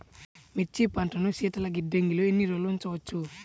మిర్చి పంటను శీతల గిడ్డంగిలో ఎన్ని రోజులు ఉంచవచ్చు?